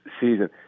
Season